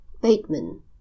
Bateman